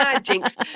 Jinx